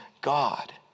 God